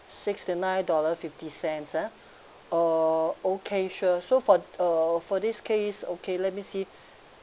sixty nine dollar fifty cents ah oh okay sure so for uh for this case okay let me see